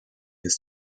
his